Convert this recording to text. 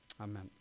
Amen